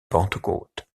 pentecôte